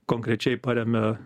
konkrečiai paremia